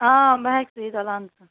آ مہک سا